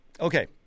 Okay